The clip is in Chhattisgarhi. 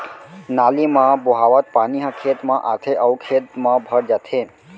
नाली म बोहावत पानी ह खेत म आथे अउ खेत म भर जाथे